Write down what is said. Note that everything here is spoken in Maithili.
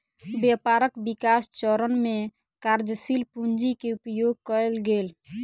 व्यापारक विकास चरण में कार्यशील पूंजी के उपयोग कएल गेल